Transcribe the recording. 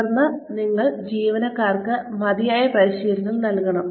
തുടർന്ന് നിങ്ങൾ ജീവനക്കാർക്ക് മതിയായ പരിശീലനം നൽകണം